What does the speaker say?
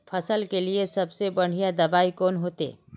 फसल के लिए सबसे बढ़िया दबाइ कौन होते?